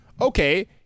Okay